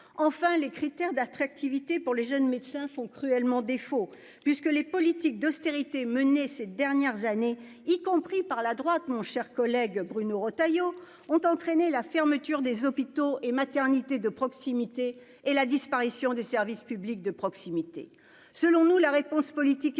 enfin les critères d'attractivité pour les jeunes médecins sont cruellement défaut puisque les politiques d'austérité menées ces dernières années, y compris par la droite, mon cher collègue, Bruno Retailleau ont entraîné la fermeture des hôpitaux et maternités de proximité et la disparition des services publics de proximité, selon nous, la réponse politique est